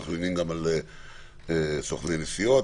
אנחנו יודעים גם על סוכני נסיעות,